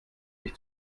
ich